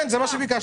כן, זה מה שביקשתי.